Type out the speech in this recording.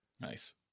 Nice